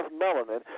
melanin